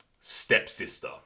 stepsister